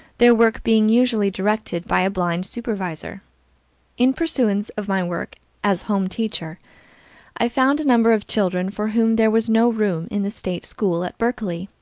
their work being usually directed by a blind supervisor in pursuance of my work as home teacher i found a number of children for whom there was no room in the state school at berkeley,